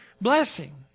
blessing